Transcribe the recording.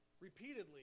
repeatedly